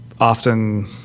often